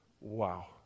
wow